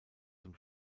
zum